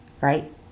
right